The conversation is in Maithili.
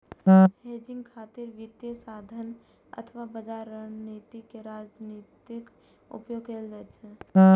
हेजिंग खातिर वित्तीय साधन अथवा बाजार रणनीति के रणनीतिक उपयोग कैल जाइ छै